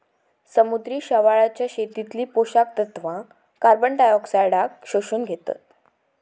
समुद्री शेवाळाच्या शेतीतली पोषक तत्वा कार्बनडायऑक्साईडाक शोषून घेतत